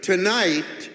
Tonight